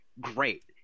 great